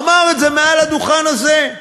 אמר את זה מעל הדוכן הזה.